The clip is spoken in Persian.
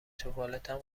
توالتم